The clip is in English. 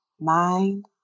mind